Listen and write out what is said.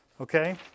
Okay